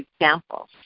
examples